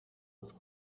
was